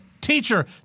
teacher